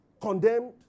condemned